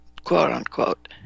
quote-unquote